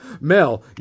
Mel